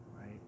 right